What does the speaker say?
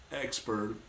expert